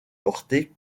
portée